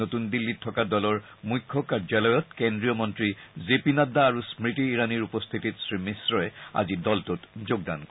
নতুন দিল্লীত থকা দলৰ মুখ্য কাৰ্যালয়ত কেন্দ্ৰীয় মন্তী জে পি নাড্ডা আৰু স্মৃতি ইৰাণীৰ উপস্থিতিত শ্ৰীমিশ্ৰই আজি দলটোত যোগদান কৰে